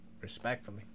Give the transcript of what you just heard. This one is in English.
respectfully